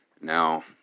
Now